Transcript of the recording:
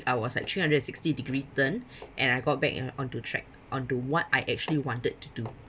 I was like three hundred and sixty degree turn and I got back you know onto track onto what I actually wanted to do